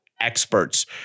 experts